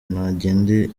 nagende